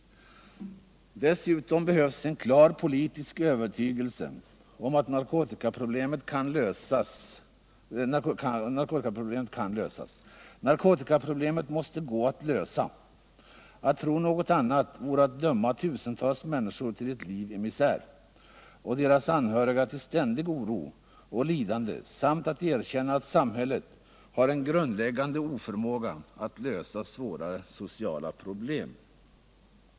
Dessutom behövs en klar politisk övertygelse om att narkotikaproblemet kan lösas. Narkotikaproblemet måste gå att lösa. Att tro något annat vore att döma tusentals människor till ett liv i misär och deras anhöriga till ständig oro och lidande samt att erkänna, att samhället har en grundläggande oförmåga att lösa svårare sociala problem.